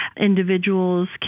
individuals